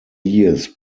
years